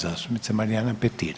zastupnica Marijana Petir.